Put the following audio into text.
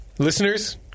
Listeners